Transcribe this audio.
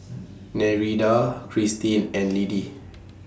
Nereida Kristin and Liddie